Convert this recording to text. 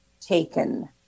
taken